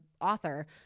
author